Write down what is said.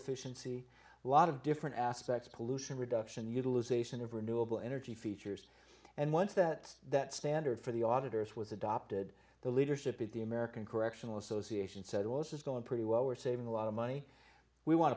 efficiency lot of different aspects pollution reduction utilization of renewable energy features and once that that standard for the auditor's was adopted the leadership at the american correctional association said also is going pretty well we're saving a lot of money we want